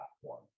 platform